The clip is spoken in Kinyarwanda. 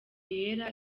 yera